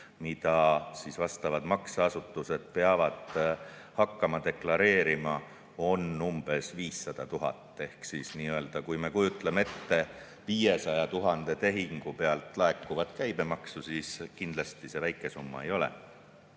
mida vastavad makseasutused peavad hakkama deklareerima, on umbes 500 000. Kui me kujutame ette 500 000 tehingu pealt laekuvat käibemaksu, siis kindlasti see väike summa ei ole.